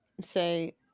say